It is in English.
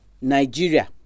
Nigeria